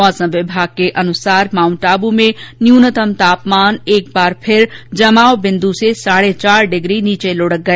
मौसम विभाग के अनुसार माउंट आब्र में न्यूनतम तापमान एक बार फिर जमाव बिंदू से साढ़े चार डिग्री नीचे लुढ़क गया